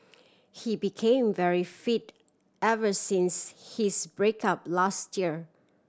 he became very fit ever since his break up last year